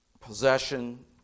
Possession